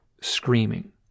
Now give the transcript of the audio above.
screaming